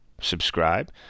subscribe